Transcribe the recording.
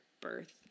birth